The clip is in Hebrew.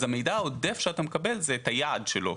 אז המידע העודף שאתה מקבל זה את היעד שלו,